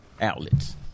outlets